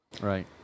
right